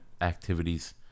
activities